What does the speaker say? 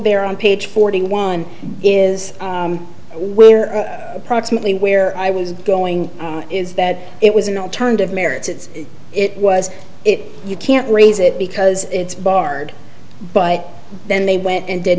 there on page forty one is where approximately where i was going is that it was an alternative merits it's it was it you can't raise it because it's barred but then they went and did